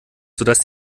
sodass